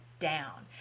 Down